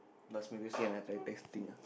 last <UNK I I texting ah